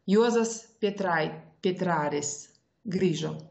juozas petrai petraris grįžo